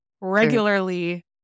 regularly